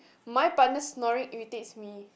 my partner snoring irritates me